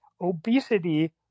obesity